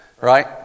Right